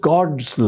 God's